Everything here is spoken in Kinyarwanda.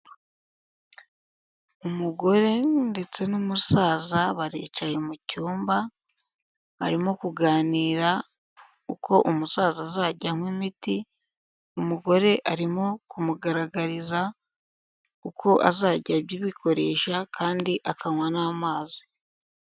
Umugore ndetse n'umusaza baricaye mu cyumba, barimo kuganira uko umusaza azajya anywa imiti, umugore arimo kumugaragariza uko azajya abikoresha kandi akanywa n'amazi.